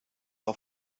auf